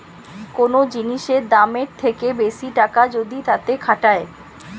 কোন জিনিসের দামের থেকে বেশি টাকা যদি তাতে খাটায়